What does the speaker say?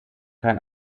kein